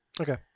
Okay